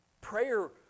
Prayer